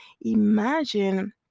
imagine